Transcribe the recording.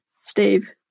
Steve